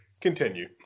Continue